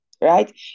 right